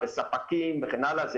בספקים וכן הלאה,